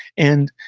and,